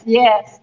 yes